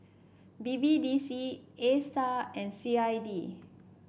B B D C Astar and C I D